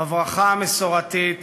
בברכה המסורתית